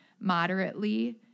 moderately